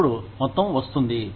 అప్పుడు మొత్తం వస్తుంది